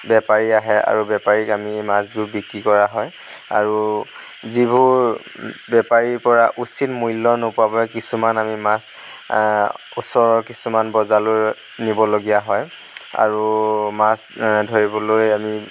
বেপাৰী আহে আৰু বেপাৰীক আমি মাছবোৰ বিক্ৰী কৰা হয় আৰু যিবোৰ বেপাৰীৰ পৰা উচিত মূল্য নোপোৱাৰ বাবে কিছুমান আমি মাছ ওচৰৰ কিছুমান বজাৰলৈ নিবলগীয়া হয় আৰু মাছ ধৰিবলৈ আমি